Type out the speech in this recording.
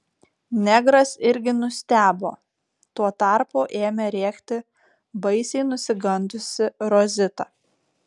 negras irgi nustebo tuo tarpu ėmė rėkti baisiai nusigandusi rozita